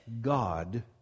God